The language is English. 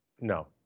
no